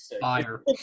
fire